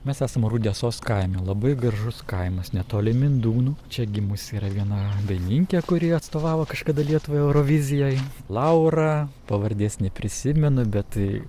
mes esam rudesos kaime labai gražus kaimas netoli mindūnų čia gimusi yra viena dainininkė kuri atstovavo kažkada lietuvai eurovizijoj laura pavardės neprisimenu bet tai